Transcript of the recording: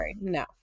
No